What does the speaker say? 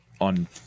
on